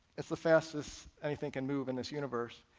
it's the fastest anything can move in this universe.